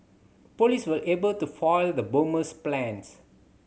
police were able to foil the bomber's plans